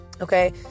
Okay